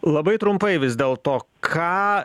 labai trumpai vis dėlto ką